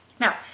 Now